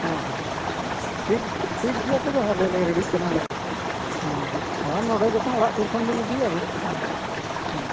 ᱦᱮᱸ ᱦᱮᱸ ᱴᱷᱤᱠᱜᱮᱭᱟ ᱛᱚᱵᱮ ᱟᱞᱮᱞᱮ ᱨᱮᱰᱤᱜ ᱠᱟᱱᱟᱞᱮ ᱦᱮᱸ ᱦᱮᱸ ᱟᱨ ᱱᱚᱰᱮ ᱡᱚᱠᱷᱚᱱ ᱚᱲᱟᱜᱥᱩᱨ ᱠᱷᱚᱱᱵᱤᱱ ᱤᱫᱤᱭᱟᱵᱤᱱ ᱦᱮᱸ